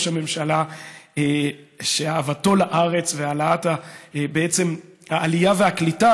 ראש ממשלה שאהבתו לארץ והעלאת העלייה והקליטה,